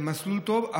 זה מסלול טוב,